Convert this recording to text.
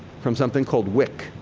from something called wic.